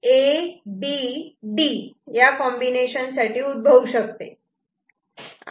तर हे A B D या कॉम्बिनेशन साठी उद्भवू शकते